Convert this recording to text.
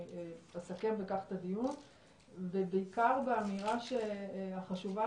אסכם בכך את הדיון ובעיקר באמירה החשובה,